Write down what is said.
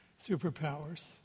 superpowers